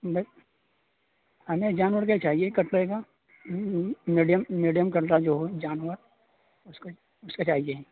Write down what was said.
but ہمیں جانور کا چاہیے کا میڈیم میڈیم جو ہو جانور اس کا اس کا چاہیے